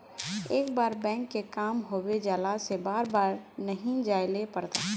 एक बार बैंक के काम होबे जाला से बार बार नहीं जाइले पड़ता?